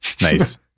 Nice